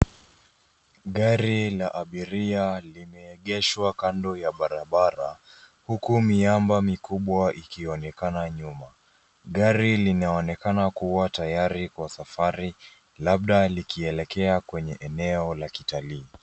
Gari la abiria limeegeshwa kando ya barabara huku miamba mikubwa ikionekana nyuma. Gari limeonekana kuwa tayari kwa safari labda likielekea kwenye eneo la kitalii.